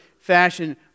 fashion